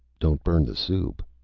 don't burn the soup.